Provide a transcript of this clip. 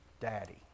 daddy